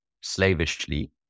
slavishly